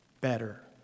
better